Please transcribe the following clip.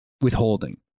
withholding